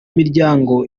miryango